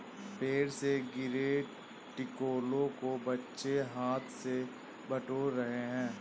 पेड़ से गिरे टिकोलों को बच्चे हाथ से बटोर रहे हैं